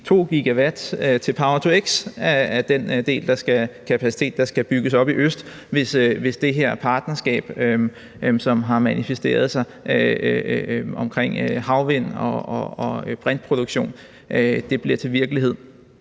2 GW til power-to-x af den kapacitet, der skal bygges op i øst, hvis det her partnerskab, som har manifesteret sig omkring havvind- og brintproduktion, bliver til virkelighed.